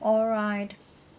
alright